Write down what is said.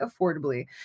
affordably